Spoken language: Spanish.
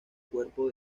cuerpo